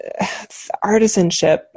artisanship